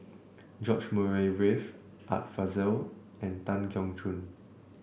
George Murray Reith Art Fazil and Tan Keong Choon